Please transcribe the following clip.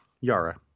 Yara